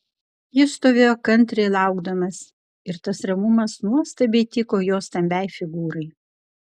jis stovėjo kantriai laukdamas ir tas ramumas nuostabiai tiko jo stambiai figūrai